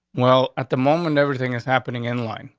well, at the moment everything is happening in line.